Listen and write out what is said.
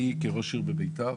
אני כראש עירייה בביתר,